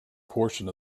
portion